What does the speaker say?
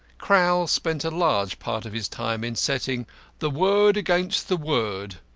crowl spent a large part of his time in setting the word against the word.